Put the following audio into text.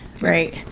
right